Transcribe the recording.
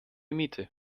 miete